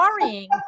worrying